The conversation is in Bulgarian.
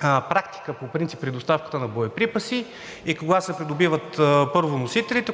практика по принцип при доставката на боеприпаси и кога се придобиват. Първо, носителите,